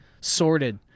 sorted